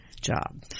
job